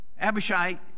Abishai